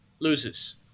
loses